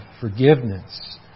forgiveness